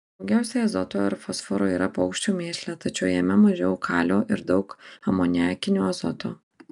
daugiausiai azoto ir fosforo yra paukščių mėšle tačiau jame mažiau kalio ir daug amoniakinio azoto